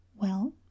Well